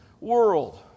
world